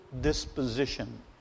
disposition